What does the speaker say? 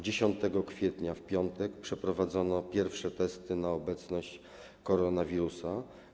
10 kwietnia w piątek przeprowadzono pierwsze testy na obecność koronawirusa.